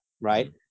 Right